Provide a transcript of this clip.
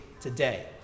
today